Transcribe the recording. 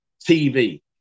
TV